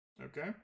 Okay